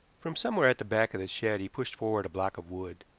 from somewhere at the back of the shed he pushed forward a block of wood,